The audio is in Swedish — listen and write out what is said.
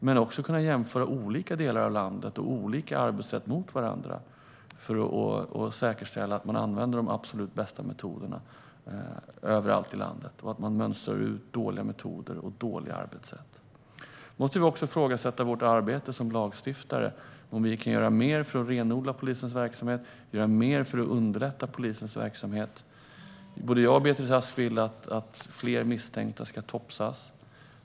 Vi ska också kunna jämföra olika delar av landet och olika arbetssätt för att säkerställa att man använder de absolut bästa metoderna överallt i landet. Dåliga metoder och dåliga arbetssätt ska mönstras ut. Vi måste ifrågasätta vårt arbete som lagstiftare: Kan vi göra mer för att renodla och underlätta polisens verksamhet? Både Beatrice Ask och jag vill att fler misstänkta ska topsas.